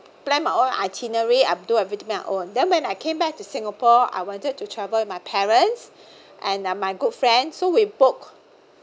plan my own itinerary I do everything my own then when I came back to singapore I wanted to travel with my parents and my good friend so we book